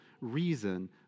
reason